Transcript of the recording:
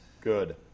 Good